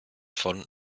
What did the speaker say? von